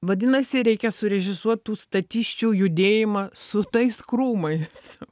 vadinasi reikia surežisuot tų statisčių judėjimą su tais krūmais